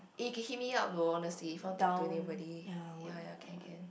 eh can hit me up lor honestly if I want talk to anybody ya ya can can